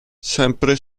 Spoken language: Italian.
sempre